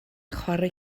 chwarae